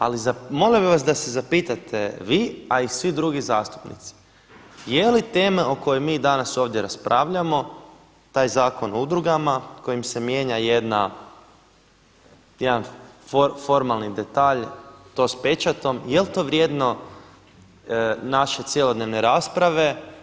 Ali molio bih vas da se zapitate vi, a i svi drugi zastupnici je li tema o kojoj mi danas ovdje raspravljamo taj Zakon o udrugama kojim se mijenja jedan formalni detalj to sa pečatom, jel' to vrijedno naše cjelodnevne rasprave.